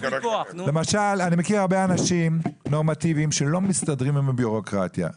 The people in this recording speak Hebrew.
אני מכיר הרבה אנשים נורמטיביים שלא מסתדרים עם הבירוקרטיה,